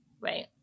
right